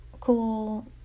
cool